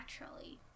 naturally